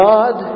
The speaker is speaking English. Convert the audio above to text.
God